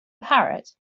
parrot